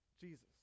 jesus